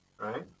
right